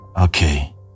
okay